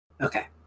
Okay